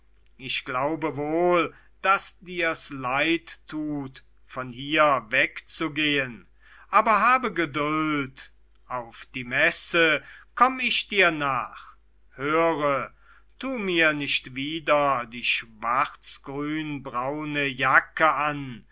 ich glaube wohl daß dir's leid tut von hier wegzugehen aber habe geduld auf die messe komm ich dir nach höre tu mir nicht wieder die schwarzgrünbraune jacke an